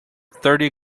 thirty